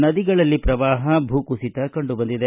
ನದಿಗಳಲ್ಲಿ ಪ್ರವಾಹ ಭೂ ಕುಸಿತ ಕಂಡು ಬಂದಿದೆ